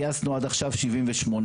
גייסנו עד עכשיו 78,